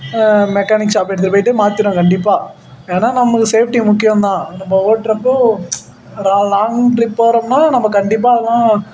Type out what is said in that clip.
mechanic shop எடுத்துட்டு போய்விட்டு மாத்திடுவேன் கண்டிப்பாக ஏன்னா நமக்கு சேஃப்ட்டி முக்கியம் தான் நம்ம ஓட்டுறப்போ ரா லாங் ட்ரிப் போகிறோம்னா நம்ம கண்டிப்பாக அதலாம்